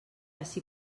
ací